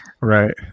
Right